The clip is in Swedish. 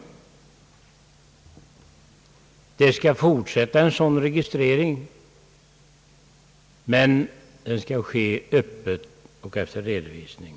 Sådan registrering skall fortsätta, men det skall ske öppet och efter redovisning.